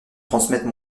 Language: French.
transmettre